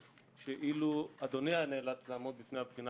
אני חושב שאילו אדוני היה נאלץ לעמוד בפני הבחינה